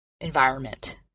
environment